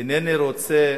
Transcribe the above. אינני רוצה